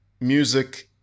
music